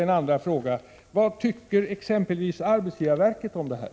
En andra fråga: Vad tycker exempelvis arbetsgivarverket om det här?